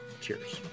Cheers